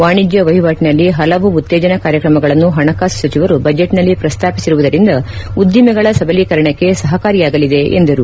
ವಾಣಿಜ್ಯ ವಹಿವಾಟಿನಲ್ಲಿ ಹಲವು ಉತ್ತೇಜನ ಕಾರ್ಯಕ್ರಮಗಳನ್ನು ಹಣಕಾಸು ಸಚಿವರು ಬಜೆಟ್ನಲ್ಲಿ ಪ್ರಸ್ತಾಪಿಸಿರುವುದರಿಂದ ಉದ್ದಿಮೆಗಳ ಸಬಲೀಕರಣಕ್ಕೆ ಸಹಕಾರಿಯಾಗಲಿದೆ ಎಂದರು